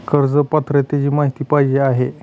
कर्ज पात्रतेची माहिती पाहिजे आहे?